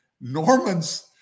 Norman's